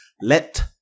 let